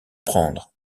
prendre